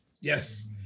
Yes